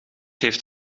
heeft